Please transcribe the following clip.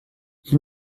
ils